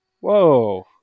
Whoa